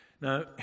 Now